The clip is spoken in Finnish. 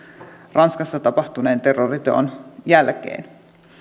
ranskassa tapahtuneen terroriteon jälkeen